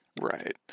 Right